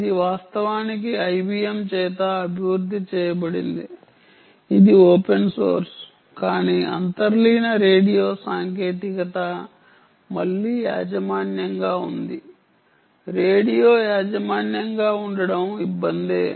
ఇది వాస్తవానికి ఐబిఎమ్ చేత అభివృద్ధి చేయబడింది ఇది ఓపెన్ సోర్స్ కానీ అంతర్లీన రేడియో సాంకేతికత మళ్ళీ యాజమాన్యంగా ఉంది రేడియో యాజమాన్యంగా ఉండడం ఇబ్బందే